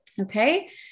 Okay